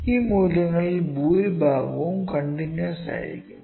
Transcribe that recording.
ഈ മൂല്യങ്ങളിൽ ഭൂരിഭാഗവും കണ്ടിന്യൂവസ് ആയിരിക്കും